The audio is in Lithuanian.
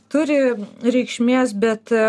turi reikšmės bet